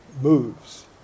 moves